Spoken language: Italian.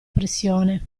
pressione